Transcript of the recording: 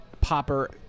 Popper